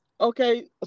okay